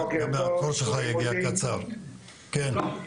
בוקר טוב